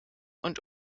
und